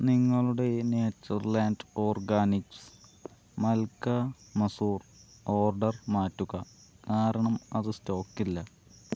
നിങ്ങളുടെ Nature Land Organics malka masoor order മാറ്റുക കാരണം അത് സ്റ്റോക്കില്ല